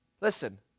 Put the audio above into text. Listen